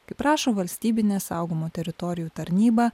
kaip rašo valstybinė saugomų teritorijų tarnyba